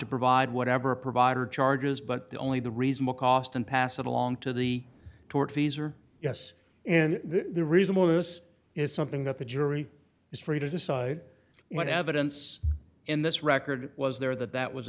to provide whatever provider charges but the only the reasonable cost and pass it along to the tortfeasor yes and the reason for this is something that the jury is free to decide what evidence in this record was there that that was